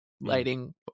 lighting